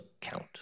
count